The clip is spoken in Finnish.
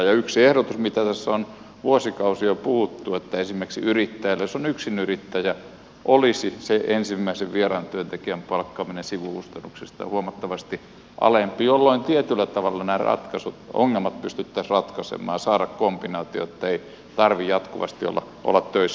yksi ehdotus mistä tässä on vuosikausia puhuttu on se että esimerkiksi yrittäjällä jos on yksinyrittäjä olisi se ensimmäisen vieraan työntekijän palkkaaminen sivukustannuksista huomattavasti alempi jolloin tietyllä tavalla nämä ongelmat pystyttäisiin ratkaisemaan ja saataisiin kombinaatio ettei tarvitse jatkuvasti olla töissä